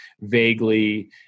vaguely